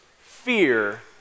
Fear